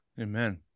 Amen